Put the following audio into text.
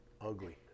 ugly